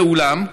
ואולם,